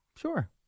sure